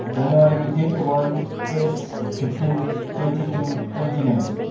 ꯖꯅꯨꯋꯥꯔꯤꯒꯤ date one as fifteen twenty two twenty nine